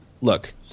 look